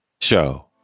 Show